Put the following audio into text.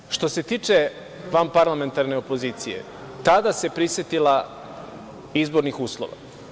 Dakle, što se tiče vanparlamentarne opozicije, tada se prisetila izbornih uslova.